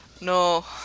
No